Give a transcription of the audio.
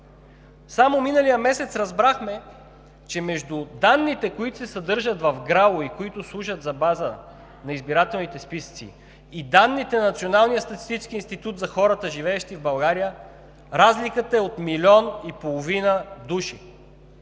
Само миналия месец разбрахме, че между данните, които се съдържат в ГРАО и които служат за база на избирателните списъци, и данните на Националния статистически институт за хората, живеещи в България, разликата е от милион и половина души